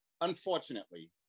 unfortunately